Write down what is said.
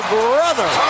brother